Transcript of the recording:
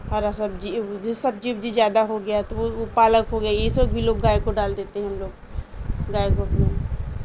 ہرا سبزی سبزی وبجی زیادہ ہو گیا تو وہ پالک ہو گیا یہ سب بھی لوگ گائے کو ڈال دیتے ہیں ہم لوگ گائے کو اپنے